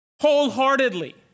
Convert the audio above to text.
wholeheartedly